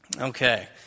Okay